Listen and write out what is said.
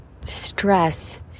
stress